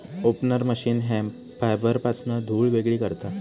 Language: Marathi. ओपनर मशीन हेम्प फायबरपासना धुळ वेगळी करता